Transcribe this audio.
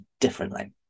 differently